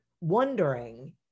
wondering